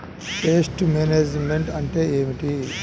Pest management అంటే ఏమిటి?